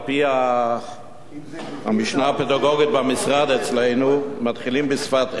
על-פי המשנה הפדגוגית במשרד אצלנו מתחילים בשפת אם,